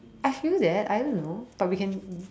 ice cream there I don't know but we can